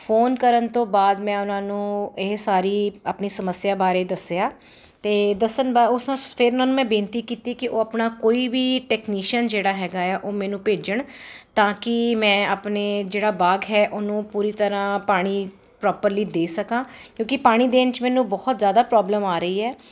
phone ਕਰਨ ਤੋਂ ਬਾਅਦ ਮੈਂ ਉਹਨਾਂ ਨੂੰ ਇਹ ਸਾਰੀ ਆਪਣੀ ਸਮੱਸਿਆ ਬਾਰੇ ਦੱਸਿਆ ਤੇ ਦੱਸਣ ਦਾ ਉਸ ਫਿਰ ਉਹਨਾਂ ਨੂੰ ਮੈਂ ਬੇਨਤੀ ਕੀਤੀ ਕਿ ਉਹ ਆਪਣਾ ਕੋਈ ਵੀ ਟੈਕਨੀਸ਼ਨ ਜਿਹੜਾ ਹੈਗਾ ਉਹ ਮੈਨੂੰ ਭੇਜਣ ਤਾਂ ਕਿ ਮੈਂ ਆਪਣੇ ਜਿਹੜਾ ਬਾਗ ਹੈ ਉਹਨੂੰ ਪੂਰੀ ਤਰ੍ਹਾਂ ਪਾਣੀ ਪ੍ਰੋਪਰਲੀ ਦੇ ਸਕਾਂ ਕਿਉਂਕਿ ਪਾਣੀ ਦੇਣ 'ਚ ਮੈਨੂੰ ਬਹੁਤ ਜਿਆਦਾ ਪ੍ਰੋਬਲਮ ਆ ਰਹੀ ਹੈ